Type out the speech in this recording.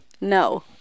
No